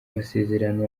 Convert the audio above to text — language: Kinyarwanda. masezerano